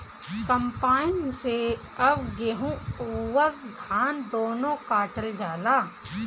combine से अब गेहूं अउर धान दूनो काटल जाला